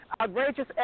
outrageous